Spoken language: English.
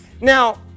Now